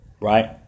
right